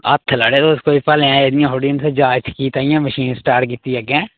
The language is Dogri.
हत्थ लाई ओड़े तुस कोई भलेआं गै इयां थोह्ड़ी न तुस जाच सिक्खी ताइयें मशीन स्टार्ट कीती अग्गें